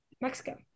Mexico